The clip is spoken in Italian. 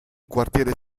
quartiere